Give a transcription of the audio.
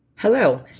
Hello